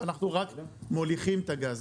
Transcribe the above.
אנחנו רק מוליכים את הגז,